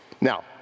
Now